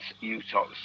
Utah